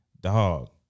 dog